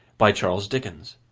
by charles dickens,